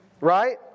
right